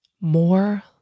more